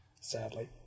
Sadly